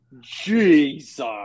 Jesus